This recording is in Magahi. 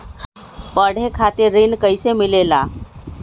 पढे खातीर ऋण कईसे मिले ला?